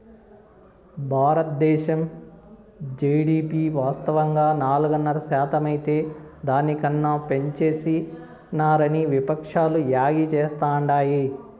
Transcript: బారద్దేశం జీడీపి వాస్తవంగా నాలుగున్నర శాతమైతే దాని కన్నా పెంచేసినారని విపక్షాలు యాగీ చేస్తాండాయి